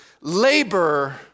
labor